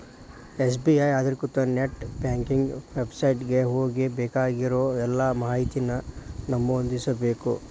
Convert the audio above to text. SBI ಅಧಿಕೃತ net banking website ಗೆ ಹೋಗಿ ಬೇಕಾಗಿರೋ ಎಲ್ಲಾ ಮಾಹಿತಿನ ನಮೂದಿಸ್ಬೇಕ್